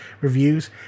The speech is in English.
reviews